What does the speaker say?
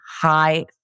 high